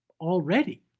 Already